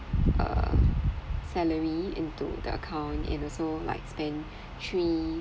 err salary into the account and also like spend three